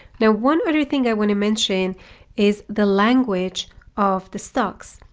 now, one other thing i want to mention is the language of the stocks.